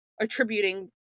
attributing